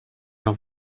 par